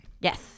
Yes